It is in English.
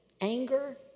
anger